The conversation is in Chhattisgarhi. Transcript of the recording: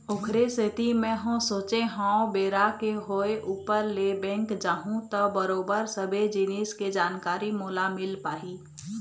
ओखरे सेती मेंहा सोचे हव बेरा के होय ऊपर ले बेंक जाहूँ त बरोबर सबे जिनिस के जानकारी मोला मिल पाही